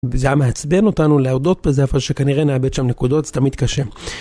זה מעצבן אותנו להודות בזה אבל כנראה שנאבד שם נקודות זה תמיד קשה.